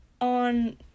on